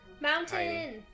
Mountain